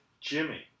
Jimmy